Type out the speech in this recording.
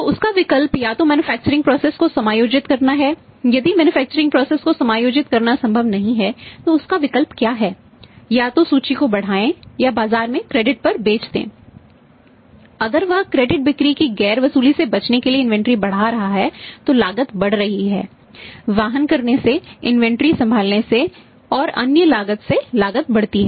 तो उसका विकल्प या तो मैन्युफैक्चरिंग प्रोसेस संभालने से और अन्य लागत से लागत बढ़ती है